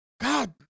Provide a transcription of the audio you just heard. God